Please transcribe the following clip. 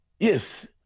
Yes